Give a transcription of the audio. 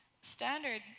standard